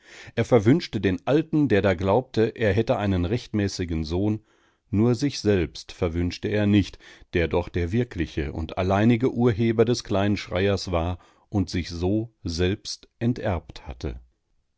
er verwünschte den alten der da glaubte er hätte einen rechtmäßigen sohn nur sich selbst verwünschte er nicht der doch der wirkliche und alleinige urheber des kleinen schreiers war und sich so selbst enterbt hatte